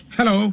Hello